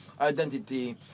identity